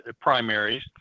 primaries